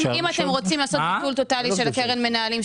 אם אתם רוצים לעשות ביטול טוטאלי של קרן המנהלים,